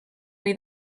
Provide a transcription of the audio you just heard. ohi